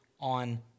on